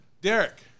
Derek